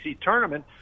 tournament